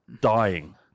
dying